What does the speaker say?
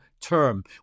term